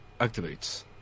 activates